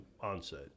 onset